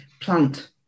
plant